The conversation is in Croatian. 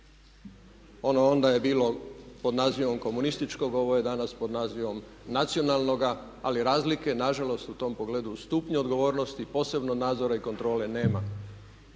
Ono onda je bilo pod nazivom komunističkog, ovo je danas pod nazivom nacionalnoga. Ali razlike na žalost u tom pogledu, stupnju odgovornosti posebno nadzora i kontrole nema.